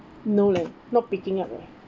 no leh not picking up leh